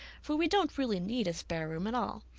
for we don't really need a spare room at all.